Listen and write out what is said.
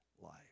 life